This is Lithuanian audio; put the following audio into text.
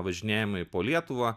važinėjimai po lietuvą